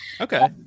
okay